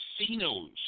casinos